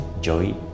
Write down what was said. joy